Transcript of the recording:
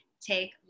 take